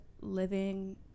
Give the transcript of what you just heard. living